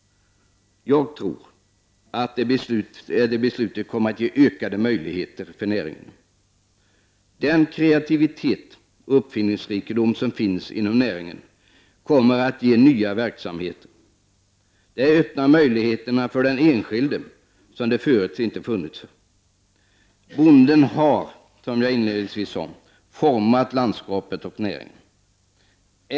Jag tror att detta beslut kommer att ge ökade möjligheter för näringen. Den kreativitet och uppfinningsrikedom som finns inom näringen kommer att ge nya verksamheter. Detta öppnar möjligheter för den enskilde som tidigare inte funnits. Bonden har format landskapet och näringen.